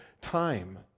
time